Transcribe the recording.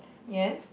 yes